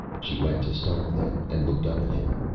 she went to stark then, and looked up at him.